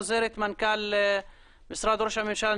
עוזרת מנכ"ל משרד ראש הממשלה.